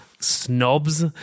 snobs